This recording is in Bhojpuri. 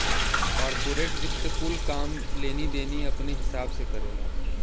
कॉर्पोरेट वित्त कुल काम लेनी देनी अपने हिसाब से करेला